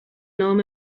نام